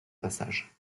passage